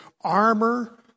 armor